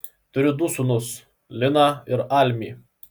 turiu du sūnus liną ir almį